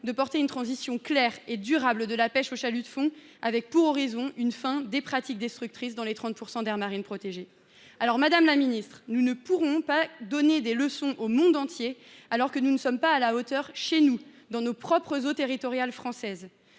d’engager une transition claire et durable de la pêche au chalut de fond, avec, pour horizon, une fin de ces pratiques destructrices dans les 30 % d’aires marines protégées. Nous ne pouvons pas donner des leçons au monde entier alors que nous ne sommes pas à la hauteur chez nous, dans nos propres eaux territoriales.